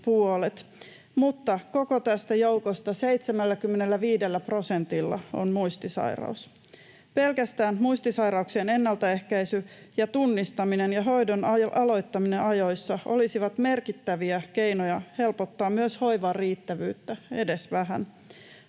ja koko tästä joukosta 75 prosentilla on muistisairaus. Pelkästään muistisairauksien ennaltaehkäisy ja tunnistaminen ja hoidon aloittaminen ajoissa olisivat merkittäviä keinoja helpottaa myös hoivan riittävyyttä, edes vähän.